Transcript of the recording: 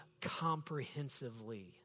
comprehensively